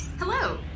Hello